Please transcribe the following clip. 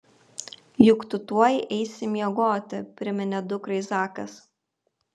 juk tu tuoj eisi miegoti priminė dukrai zakas